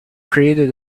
created